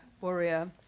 warrior